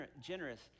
generous